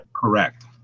Correct